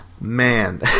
Man